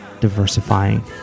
diversifying